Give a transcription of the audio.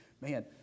Man